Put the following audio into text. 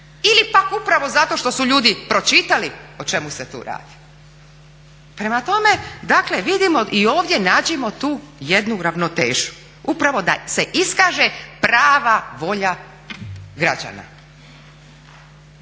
ili pak upravo zato što su ljudi pročitali o čemu se tu radi? Prema tome, dakle vidimo i ovdje nađimo tu jednu ravnotežu upravo da se iskaže prava volja građana.